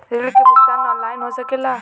ऋण के भुगतान ऑनलाइन हो सकेला?